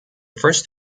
first